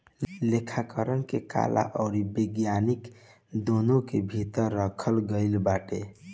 लेखाकरण के कला अउरी विज्ञान दूनो के भीतर रखल गईल बाटे